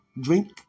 drink